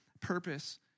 purpose